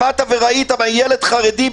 שמעת וראית ילד חרדי,